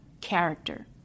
character